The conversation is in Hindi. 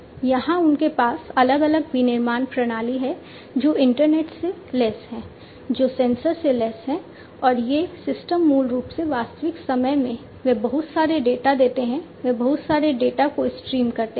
यहां उनके पास अलग अलग विनिर्माण प्रणालियां हैं जो इंटरनेट से लैस हैं ये सेंसर से लैस हैं और ये सिस्टम मूल रूप से वास्तविक समय में वे बहुत सारे डेटा देते हैं वे बहुत सारे डेटा को स्ट्रीम करते हैं